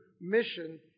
mission